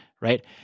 right